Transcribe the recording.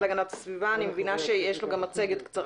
אני מבינה שיש לו גם מצגת קצרה.